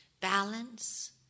balance